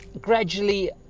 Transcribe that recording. gradually